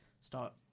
start